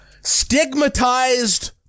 Stigmatized